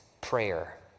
prayer